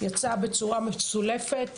יצאה בצורה מסולפת.